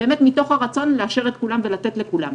באמת מתוך הרצון לאשר את כולם ולתת לכולם.